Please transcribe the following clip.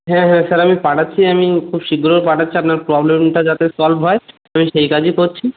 হ্যাঁ হ্যাঁ স্যার আমি পাঠাচ্ছি আমি খুব শীঘ্রই পাঠাচ্ছি আপনার প্রবলেমটা যাতে সলভ হয় আমি সেই কাজই করছি